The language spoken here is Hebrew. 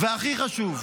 והכי חשוב,